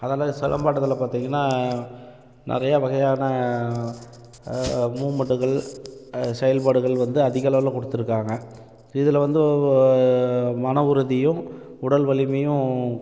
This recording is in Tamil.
அதெல்லாம் சிலம்பாட்டத்தில் பார்த்திங்கன்னா நிறையா வகையான மூமெண்ட்டுகள் செயல்பாடுகள் வந்து அதிகளவில் கொடுத்துருக்காங்க இதில் வந்து மனஉறுதியும் உடல் வலிமையும்